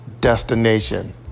destination